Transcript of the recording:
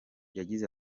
yagize